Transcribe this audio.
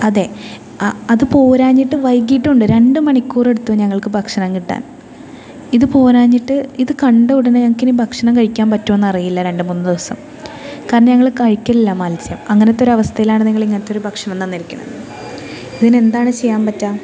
അതെ അത് പോരാഞ്ഞിട്ട് വൈകിട്ടും ഉണ്ട് രണ്ടു മണിക്കൂറെടുത്തു ഞങ്ങൾക്ക് ഭക്ഷണം കിട്ടാൻ ഇത് പോരാഞ്ഞിട്ട് ഇത് കണ്ട ഉടനെ ഞങ്ങൾക്കിനി ഭക്ഷണം കഴിക്കാൻ പറ്റുമോയെന്നറിയില്ല രണ്ടുമൂന്ന് ദിവസം കാരണം ഞങ്ങൾ കഴിക്കലില്ല മത്സ്യം അങ്ങനത്തൊരവസ്ഥയിലാണ് നിങ്ങളിങ്ങനത്തൊരു ഭക്ഷണം തന്നിരിക്കുന്നത് ഇതിനെന്താണ് ചെയ്യാൻ പറ്റുക